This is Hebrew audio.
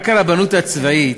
רק הרבנות הצבאית,